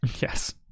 yes